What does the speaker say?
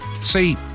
See